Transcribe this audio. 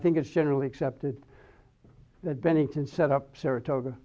think it's generally accepted that bennington set up saratoga